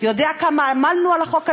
יודע כמה עמלנו על החוק הזה,